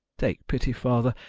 take pity, father,